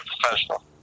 professional